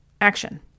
action